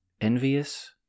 envious